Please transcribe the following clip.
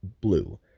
Blue